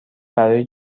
برای